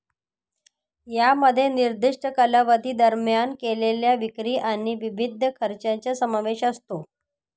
यामध्ये निर्दिष्ट कालावधी दरम्यान केलेल्या विक्री आणि विविध खर्चांचा समावेश असतो